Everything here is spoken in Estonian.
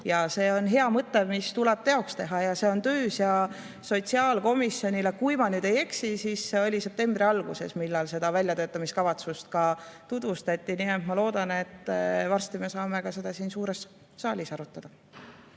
See on hea mõte, mis tuleb teoks teha. See on töös. Sotsiaalkomisjonile, kui ma nüüd ei eksi, siis septembri alguses seda väljatöötamiskavatsust ka tutvustati. Nii et ma loodan, et varsti me saame seda siin suures saalis arutada.